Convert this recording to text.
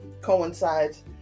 coincides